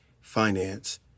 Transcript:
finance